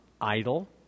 idle